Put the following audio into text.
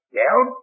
down